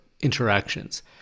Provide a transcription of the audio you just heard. interactions